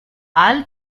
i’ll